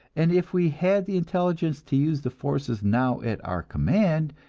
and if we had the intelligence to use the forces now at our command,